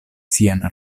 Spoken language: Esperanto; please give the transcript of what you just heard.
sian